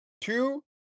two